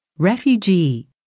Refugee